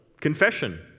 confession